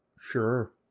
sure